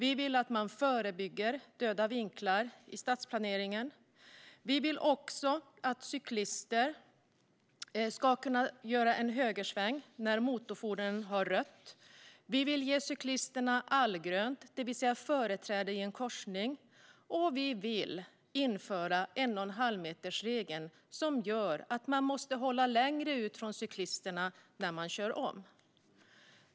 Vi vill att man förebygger döda vinklar i stadsplaneringen. Vi vill också att cyklister ska kunna göra en högersväng när motorfordonen har rött. Vi vill ge cyklisterna allgrönt, det vill säga företräde i en korsning. Vi vill dessutom införa en enochenhalvmetersregel som gör att man måste hålla längre ut från cyklisterna när man kör om.